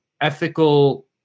ethical